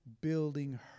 building